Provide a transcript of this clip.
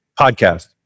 Podcast